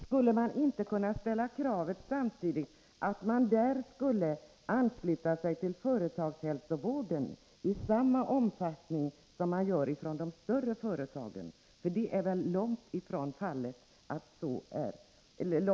Skulle det inte samtidigt kunna ställas krav på att man där ansluter sig till företagshälsovården i samma omfattning som man gör vid de större företagen? Det är väl långt ifrån fallet.